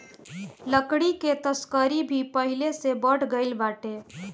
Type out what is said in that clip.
लकड़ी के तस्करी भी पहिले से बढ़ गइल बाटे